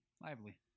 lively